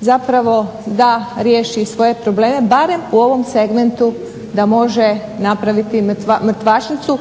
zapravo da riješi svoje probleme barem u ovom segmentu da može napraviti mrtvačnicu